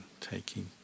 taking